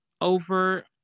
over